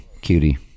cutie